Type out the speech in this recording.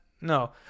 no